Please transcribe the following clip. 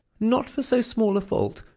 not for so small a fault,